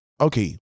okay